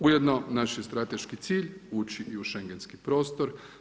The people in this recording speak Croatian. Ujedno naš je strateški cilj ući i u Schengenski prostor.